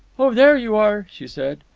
oh, there you are! she said.